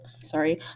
sorry